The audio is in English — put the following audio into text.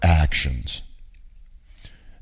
actions